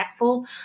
impactful